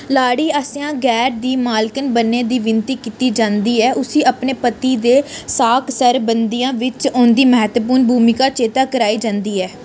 लाड़ी आसेआ घैर दी मालकन बनने दी बिनती कीती जंदी ऐ ते उसी अपने पति दे साक सरबंधियें दे बिच्च ओह्दी म्हत्तवपूर्ण भूमिका चेता कराई जंदी ऐ